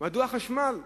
מדוע החשמל לא?